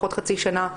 לפחות חצי שנה.